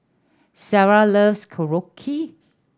Sarrah loves Korokke